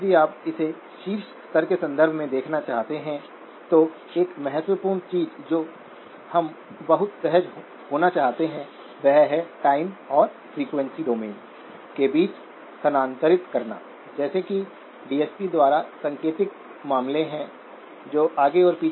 और यह विशेष मामला में यह 200μS25kΩvi 5vi है और incremental drain current iD gmvi 200μS viहै